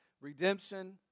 redemption